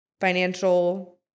financial